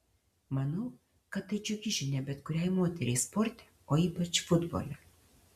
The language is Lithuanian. manau kad tai džiugi žinia bet kuriai moteriai sporte o ypač futbole